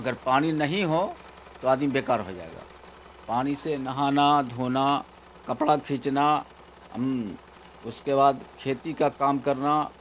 اگر پانی نہیں ہو تو آدمی بیکار ہو جائے گا پانی سے نہانا دھونا کپڑا کھینچنا اس کے بعد کھیتی کا کام کرنا